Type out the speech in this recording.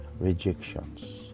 rejections